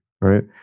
right